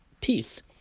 peace